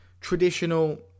traditional